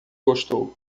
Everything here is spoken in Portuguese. gostou